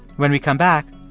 when we come back,